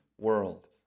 world